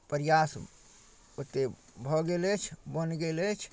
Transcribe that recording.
प्रयास ओतेक भऽ गेल अछि बनि गेल अछि